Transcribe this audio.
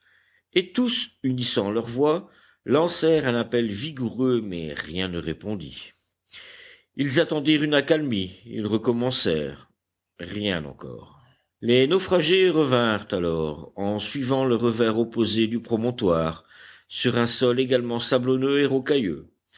et tous unissant leurs voix lancèrent un appel vigoureux mais rien ne répondit ils attendirent une accalmie ils recommencèrent rien encore les naufragés revinrent alors en suivant le revers opposé du promontoire sur un sol également sablonneux et rocailleux